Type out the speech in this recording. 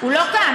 הוא לא כאן.